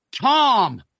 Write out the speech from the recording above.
tom